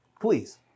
Please